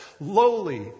lowly